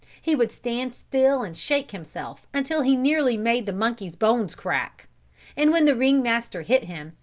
he would stand still and shake himself until he nearly made the monkey's bones crack and when the ring-master hit him,